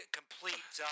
complete